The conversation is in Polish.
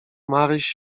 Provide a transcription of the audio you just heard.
maryś